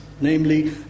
namely